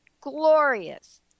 glorious